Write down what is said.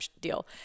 deal